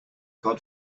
god